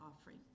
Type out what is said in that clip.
offering